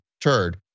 turd